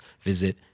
visit